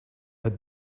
had